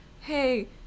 hey